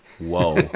Whoa